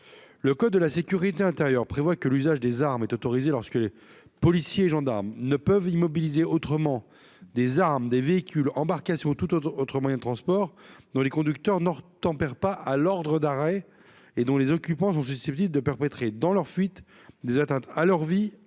Le code de la sécurité intérieure prévoit que l'usage des armes est autorisé lorsque policiers et gendarmes « ne peuvent immobiliser autrement [...] des véhicules, embarcations ou autres moyens de transport, dont les conducteurs n'obtempèrent pas à l'ordre d'arrêt et dont les occupants sont susceptibles de perpétrer, dans leur fuite, des atteintes à leur vie